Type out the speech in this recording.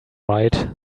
right